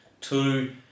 Two